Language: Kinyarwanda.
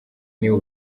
niba